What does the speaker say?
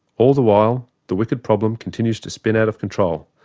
all the while the wicked problem continues to spin out of control.